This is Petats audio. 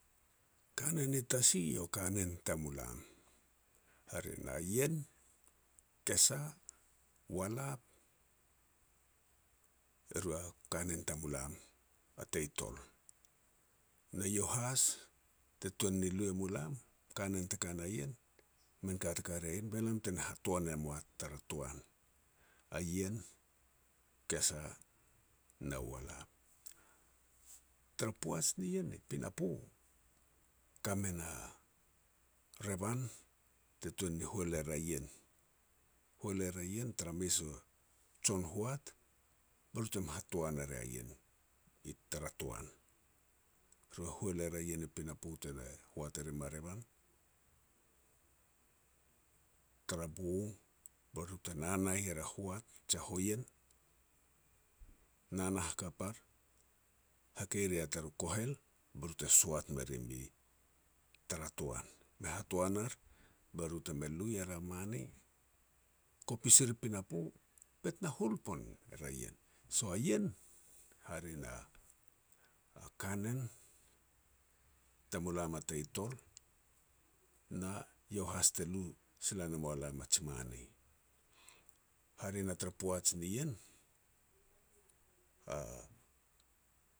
Kanen ni tasi iau a kanen tamulam, hare na ien, kesa, walap, eru a kanen tamulam a tei tol. Ne iau has, te tuan lui mu lam, kanen te ka rea ien, min ka te ka rea ian be lam te na hatoan ne moa tara toan, a ien, kesa na u walap. Tara poaj nien i pinapo, kame na revan te tun ni hol er a ien, hol er a ien taru mes u jon hoat, be ru te me hatoan e ria ien tara toan. Ru hol er a ien i pinapo te hoat e rim a revan, tara bong, be ru te nana er a hoat jia hoien, nana hakap ar, hakei ria turu kohel, be ru te soat me rim i tara toan. Me hatoan ar be ru teme lu er a mane, kopis er i pinapo, bet na hol pone er a ien. So a ien hare na a kanen tamulam a tei tol, na eiau has te lu sila ne mualam a ji mani. Hare na tara poaj nien, a